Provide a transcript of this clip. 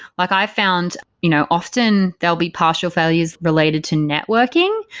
like i found you know often, there'll be partial values related to networking.